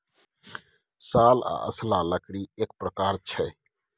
साल आ असला लकड़ीएक प्रकार छै